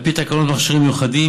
על פי תקנות מכשירים מיוחדים,